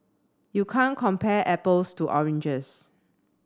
you can't compare apples to oranges